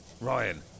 Ryan